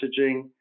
messaging